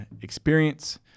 experience